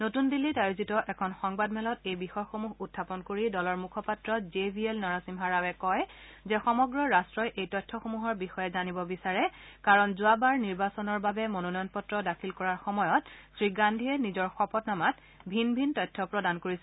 নতুন দিল্লীত আয়োজিত এখন সংবাদমেলত এই বিষয়সমূহ উখাপন কৰি দলৰ মুখপাত্ৰ জি ভি এল নৰসিমহা ৰাৱে কয় যে সমগ্ৰ ৰাট্টই এই তথ্যসমূহৰ বিষয়ে জানিব বিচাৰে কাৰণ যোৱাবাৰ নিৰ্বাচনৰ বাবে মনোনয়ন পত্ৰ দাখিল কৰাৰ সময়ত শ্ৰীগান্ধীয়ে নিজৰ শপতনামাত ভিন ভিন তথ্য প্ৰদান কৰিছিল